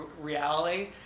reality